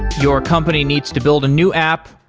your company needs to build a new app,